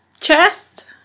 Chest